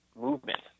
movement